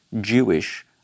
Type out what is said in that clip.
Jewish